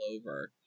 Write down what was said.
over